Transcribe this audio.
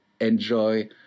enjoy